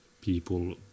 people